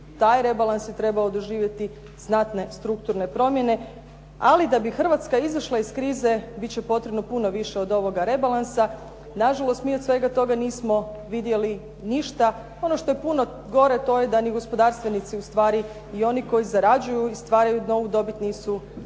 taj rebalans je trebao doživjeti znate strukturne promjene. Ali da bi Hrvatska izašla od krize biti će potrebno puno više od ovoga rebalansa. Nažalost mi od svega toga nismo vidjeli ništa, ono što je puno gore, to je da ni gospodarstvenici ustvari i oni koji zarađuju i izdvajaju novu dobit nisu